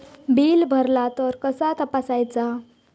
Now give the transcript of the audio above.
Bill भरला तर कसा तपसायचा?